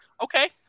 Okay